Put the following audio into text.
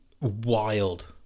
wild